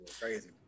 Crazy